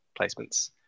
placements